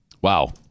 Wow